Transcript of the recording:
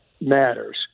matters